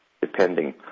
depending